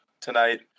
tonight